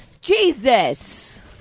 Jesus